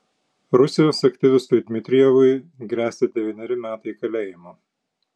rusijos aktyvistui dmitrijevui gresia devyneri metai kalėjimo